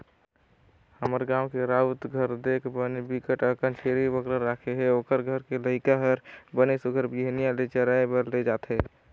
हमर गाँव के राउत घर देख बने बिकट अकन छेरी बोकरा राखे हे, ओखर घर के लइका हर बने सुग्घर बिहनिया ले चराए बर ले जथे